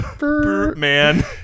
Man